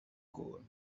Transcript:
goal